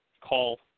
call